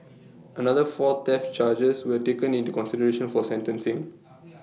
another four theft charges were taken into consideration for sentencing